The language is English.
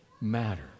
matter